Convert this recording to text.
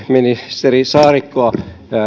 ministeri saarikkoa